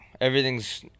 Everything's